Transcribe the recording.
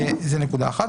זו נקודה אחת.